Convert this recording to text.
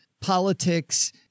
politics